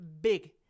big